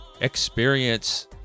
experience